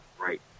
right